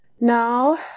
Now